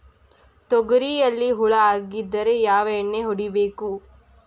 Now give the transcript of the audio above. ತೊಗರಿಯಲ್ಲಿ ಹುಳ ಆಗಿದ್ದರೆ ಯಾವ ಎಣ್ಣೆ ಹೊಡಿಬೇಕು?